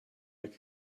like